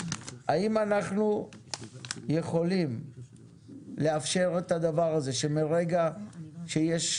האם אנחנו יכולים לאפשר את הדבר הזה שמרגע שיש